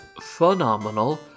phenomenal